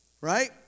Right